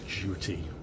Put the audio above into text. duty